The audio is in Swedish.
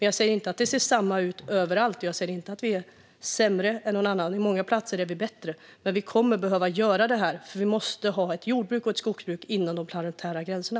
Jag säger inte att det ser likadant ut överallt, och jag säger inte att vi är sämre än någon annan - på många platser är vi bättre. Men vi kommer att behöva göra detta, för vi måste ha ett jordbruk och ett skogsbruk inom de planetära gränserna.